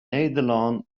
nederlân